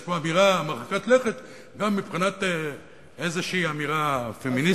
יש פה אמירה מרחיקת לכת גם מבחינת איזושהי אמירה פמיניסטית.